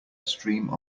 stream